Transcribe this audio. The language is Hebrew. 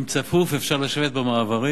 אם צפוף אפשר לשבת במעברים.